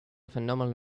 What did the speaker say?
phenomenal